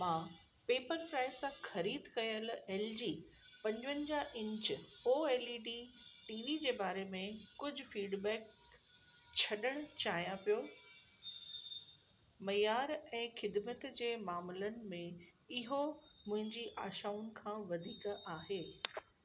मां पेप्परफ्राई सां ख़रीद कयल एलजी पंजवंजाह inch O L E D TV जे बारे में कुझु फीडबैक छॾण चाहियां पियो मुयारु ऐं ख़िदिमतु जे मामलनि में इहो मुंहिंजी आशाउनि खां वधीक आहे